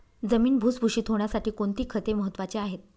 जमीन भुसभुशीत होण्यासाठी कोणती खते महत्वाची आहेत?